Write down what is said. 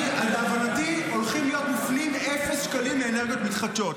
להבנתי הולכים להיות מופנים אפס שקלים לאנרגיות מתחדשות.